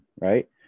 right